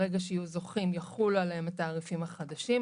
ברגע שיהיו זוכים, יחולו עליהם התעריפים החדשים.